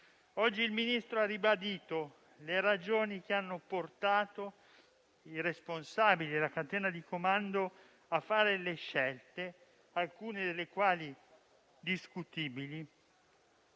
Oggi il Ministro ha ribadito le ragioni che hanno portato i responsabili della catena di comando a fare le scelte - alcune delle quali discutibili